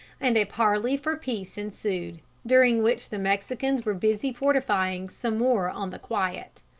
and a parley for peace ensued, during which the mexicans were busy fortifying some more on the quiet.